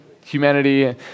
humanity